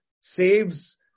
saves